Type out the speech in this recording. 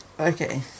Okay